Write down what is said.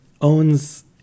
owns